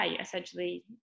essentially